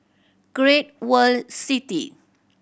Great World City